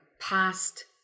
past